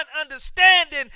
understanding